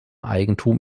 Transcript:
eigentum